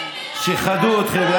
שיחדו אתכם.